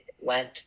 went